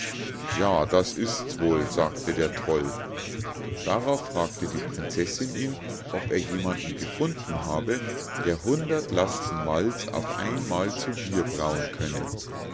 ja das ist's wohl sagte der troll darauf fragte die prinzessinn ihn ob er jemanden gefunden habe der hundert lasten malz auf einmal zu bier brauen könne